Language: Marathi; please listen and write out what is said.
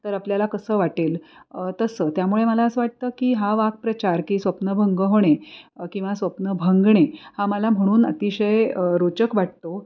तर आपल्याला कसं वाटेल तसं त्यामुळे मला असं वाटतं की हा वाक्प्रचार की स्वप्नभंग होणे किंवा स्वप्न भंगणे हा मला म्हणून अतिशय रोचक वाटतो